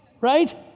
right